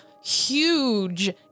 huge